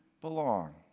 belong